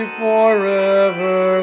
forever